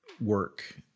work